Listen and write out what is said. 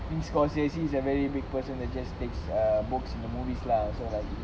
I think scorsese is a very big person that just takes err books in the movies lah so like you